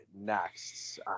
next